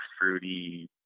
fruity